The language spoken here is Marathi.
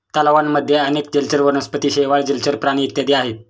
तलावांमध्ये अनेक जलचर वनस्पती, शेवाळ, जलचर प्राणी इत्यादी आहेत